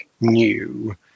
new